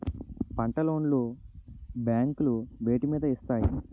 పంట లోన్ లు బ్యాంకులు వేటి మీద ఇస్తాయి?